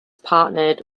partnered